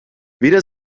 weder